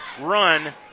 run